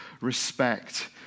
respect